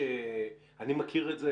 אני מכיר את זה,